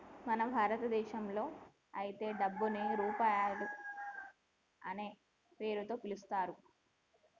మన భారతదేశంలో అయితే డబ్బుని రూపాయి అనే పేరుతో పిలుత్తారు